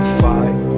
fight